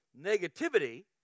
negativity